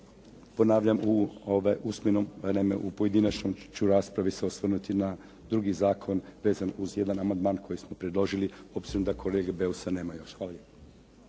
ponavljam, u ovom pojedinačnoj ću se raspravi osvrnuti na drugi način vezan uz jedan amandman koji smo predložili obzirom da kolege Beusa nema još.